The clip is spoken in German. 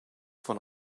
von